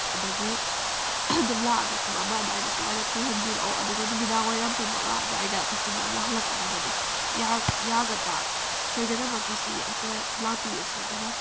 ꯑꯗꯨꯗꯒꯤ ꯑꯗꯨꯝ ꯂꯥꯛꯑꯒ ꯄꯨꯡ ꯑꯃ ꯑꯗꯨꯋꯥꯏꯗ ꯁꯤꯋꯥꯏꯗ ꯊꯨꯡꯍꯟꯕꯤꯔꯛꯑꯣ ꯑꯗꯨꯒ ꯅꯨꯃꯤꯗꯥꯡ ꯋꯥꯏꯔꯝ ꯄꯨꯡ ꯃꯉꯥ ꯑꯗꯨꯋꯥꯏꯗ ꯀꯛꯆꯤꯡꯗ ꯑꯃꯨꯛ ꯍꯜꯂꯛꯀꯗꯕꯅꯤ ꯌꯥꯒꯗ꯭ꯔꯥ ꯁꯣꯏꯗꯅꯃꯛꯀꯤ ꯁꯤ ꯑꯝꯇ ꯂꯥꯛꯄꯤꯔꯣ ꯁꯣꯏꯗꯅ